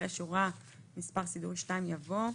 אחרי שורה מס"ד (2) יבוא: